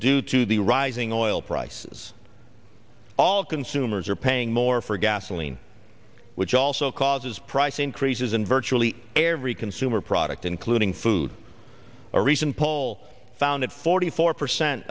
due to the rising oil prices all consumers are paying more for gasoline which also causes price increases in virtually every consumer product including food a recent poll found that forty four percent